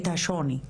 את השוני,